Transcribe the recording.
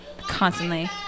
Constantly